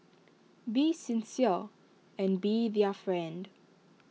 be sincere and be their friend